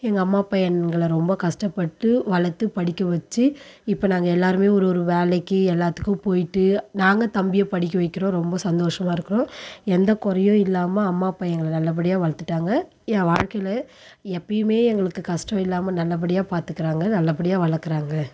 எங்கள் அம்மா அப்பா எங்களை ரொம்ப கஷ்டப்பட்டு வளர்த்து படிக்க வைச்சி இப்போ நாங்கள் எல்லோருமே ஒரு ஒரு வேலைக்கு எல்லாத்துக்கும் போய்ட்டு நாங்கள் தம்பியை படிக்க வைக்கிறோம் ரொம்ப சந்தோஷமாக இருக்கிறோம் எந்த குறையும் இல்லாமல் அம்மா அப்பா எங்களை நல்லபடியாக வளர்த்துட்டாங்க என் வாழ்க்கையில் எப்பயுமே எங்களுக்கு கஷ்டம் இல்லாமல் நல்லபடியாக பாத்துக்கிறாங்க நல்லபடியாக வளக்கிறாங்க